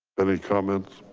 any comments?